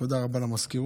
תודה רבה למזכירות.